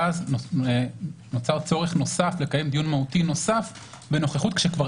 ואז נוצר צורך נוסף לקיים דיון מהותי נוסף בנוכחות כשכבר